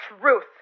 truth